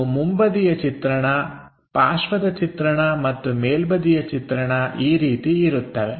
ಇದು ಮುಂಬದಿಯ ಚಿತ್ರಣ ಪಾರ್ಶ್ವದ ಚಿತ್ರಣ ಮತ್ತು ಮೇಲ್ಬದಿಯ ಚಿತ್ರಣ ಈ ರೀತಿ ಇರುತ್ತದೆ